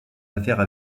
affaires